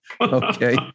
Okay